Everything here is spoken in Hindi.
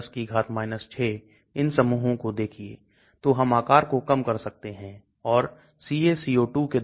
तो क्या होता है इसमें हाइड्रोजन बॉन्ड डोनर हो सकता है फिर जलीय घुलनशीलता बढ़ जाती है बायोअवेलेबिलिटी भी बढ़ जाती है बहुत दिलचस्प फिर से इस विशेष संदर्भ से लिया गया था